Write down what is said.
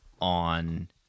on